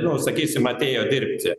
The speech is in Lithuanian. nu sakysim atėjo dirbti